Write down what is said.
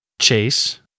Chase